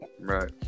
right